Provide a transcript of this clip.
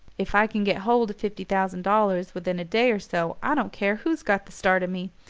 if i can get hold of fifty thousand dollars within a day or so i don't care who's got the start of me.